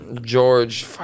George